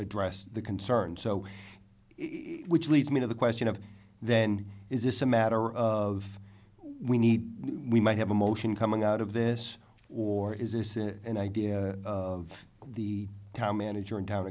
addressed the concern so which leads me to the question of then is this a matter of we need we might have emotion coming out of this or is this it an idea of the town manager and